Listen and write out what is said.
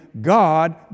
God